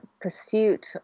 pursuit